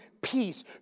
peace